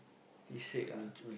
he sick ah